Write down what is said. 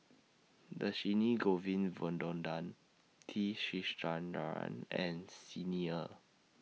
Dhershini Govin Winodan T Sasitharan and Xi Ni Er